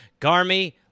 Garmy